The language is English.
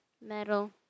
metal